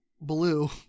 blue